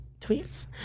tweets